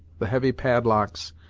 the heavy padlocks,